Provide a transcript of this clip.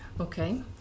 Okay